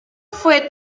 fue